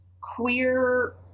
queer